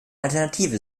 alternative